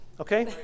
okay